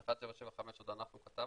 את 1775 עוד אנחנו כתבנו,